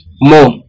more